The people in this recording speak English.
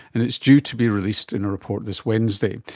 and it's due to be released in a report this wednesday.